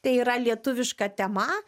tai yra lietuviška tema